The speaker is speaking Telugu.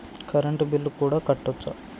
కరెంటు బిల్లు కూడా కట్టొచ్చా?